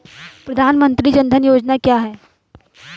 प्रधानमंत्री जन धन योजना क्या है?